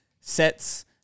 sets